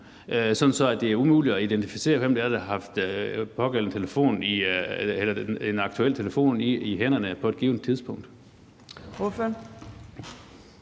så det er umuligt at identificere, hvem der har haft en aktuel telefon i hænderne på et givent tidspunkt.